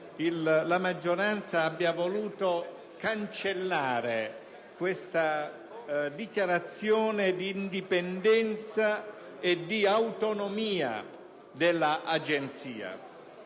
la maggioranza abbia voluto cancellare questa dichiarazione di indipendenza e di autonomia dell'Agenzia